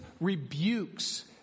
rebukes